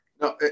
No